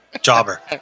Jobber